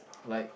like